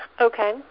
Okay